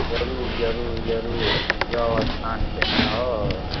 जरूर जरूर जरूर जाउ स्नान केने आउ